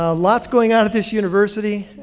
ah lots going on at this university,